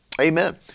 amen